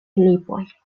lipoj